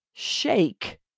shake